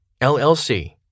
LLC